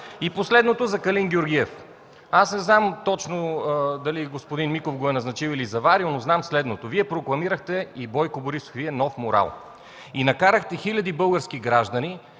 И последното, за Калин Георгиев. Не знам точно дали господин Миков го е назначил или заварил, но знам следното – Вие и Бойко Борисов прокламирахте нов морал и накарахте хиляди български граждани